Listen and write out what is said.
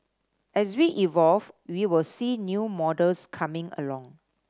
as we evolve we will see new models coming along